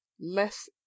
Less